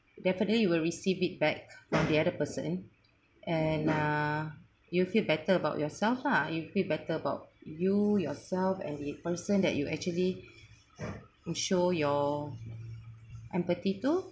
definitely you will receive feedback from the other person and uh you'll feel better about yourself lah you better about you yourself and the person that you actually you show your empathy to